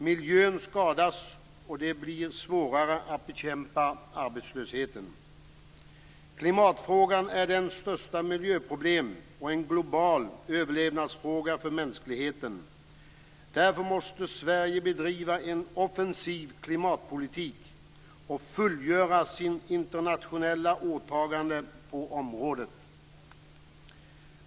Miljön skadas och det blir svårare att bekämpa arbetslösheten. Klimatfrågan är det största miljöproblemet och en global överlevnadsfråga för mänskligheten. Därför måste Sverige bedriva en offensiv klimatpolitik och fullgöra sina internationella åtaganden på området.